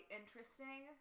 interesting